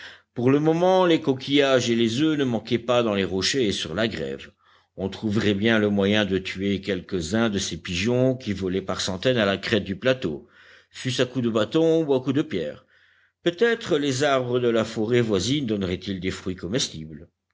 pour le moment les coquillages et les oeufs ne manquaient pas dans les rochers et sur la grève on trouverait bien le moyen de tuer quelques-uns de ces pigeons qui volaient par centaines à la crête du plateau fût-ce à coups de bâton ou à coups de pierre peut-être les arbres de la forêt voisine donneraient ils des fruits comestibles